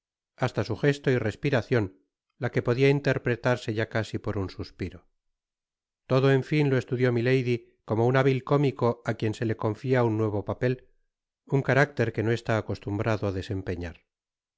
hasta su gesto y respiracion la que podia interpretarse ya casi por un suspiro todo en fin lo estudió milady como un hábil cómico á quien se le confia un nuevo papel un carácter de que no está acostumbrado á desempeñar